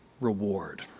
reward